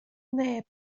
neb